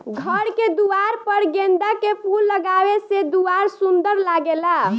घर के दुआर पर गेंदा के फूल लगावे से दुआर सुंदर लागेला